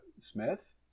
smith